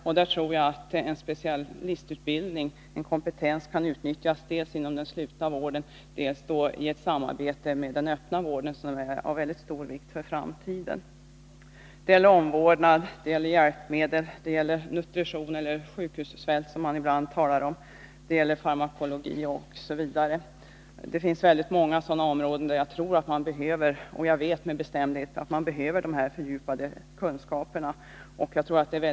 Jag tror att en specialistutbildning och en specialistkompetens, som kan utnyttjas dels inom den slutna vården, dels i samarbete med den öppna vården, är av mycket stor vikt för framtiden. Det gäller områden som omvårdnad, hjälpmedel, nutrition —t.ex. i samband med s.k. sjukhussvält, som det ibland talas om — farmakologi osv. Det finns många sådana områden där jag med bestämdhet vet att fördjupade kunskaper behövs.